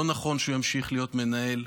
לא נכון שהוא ימשיך להיות מנהל.